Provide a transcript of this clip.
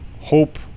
hope